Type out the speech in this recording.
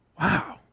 wow